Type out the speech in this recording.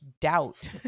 doubt